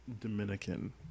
Dominican